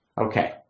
Okay